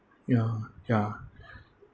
ya ya